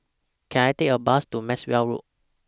Can I Take A Bus to Maxwell Road